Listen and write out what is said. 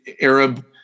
Arab